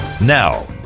Now